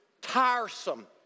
tiresome